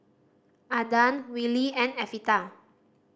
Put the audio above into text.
Adan Willie and Evita